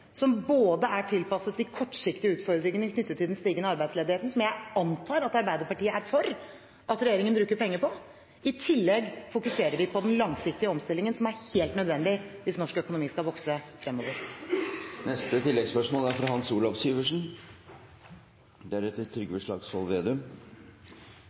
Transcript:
som er tilpasset de kortsiktige utfordringene knyttet til den stigende arbeidsledigheten, som jeg antar at Arbeiderpartiet er for at regjeringen bruker penger på. I tillegg fokuserer vi på den langsiktige omstillingen, som er helt nødvendig hvis norsk økonomi skal vokse fremover.